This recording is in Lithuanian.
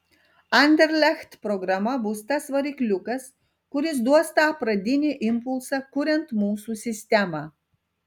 anderlecht programa bus tas varikliukas kuris duos tą pradinį impulsą kuriant mūsų sistemą